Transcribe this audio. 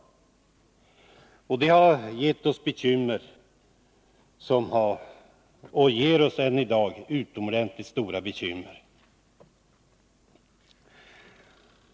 Det har gett oss— och ger oss än i dag — oerhört stora bekymmer.